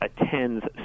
attends